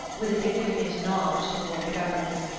with a significant nod toward the governess,